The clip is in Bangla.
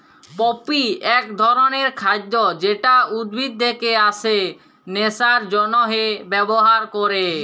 পপি এক ধরণের খাদ্য যেটা উদ্ভিদ থেকে আসে নেশার জন্হে ব্যবহার ক্যরে